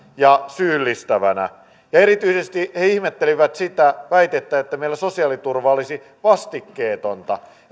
ja syyllistävänä erityisesti he ihmettelivät sitä väitettä että meillä sosiaaliturva olisi vastikkeetonta